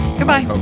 Goodbye